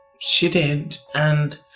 she did. and.